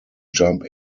jump